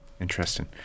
Interesting